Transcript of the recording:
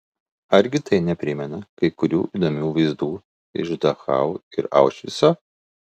argi tai neprimena kai kurių įdomių vaizdų iš dachau ir aušvico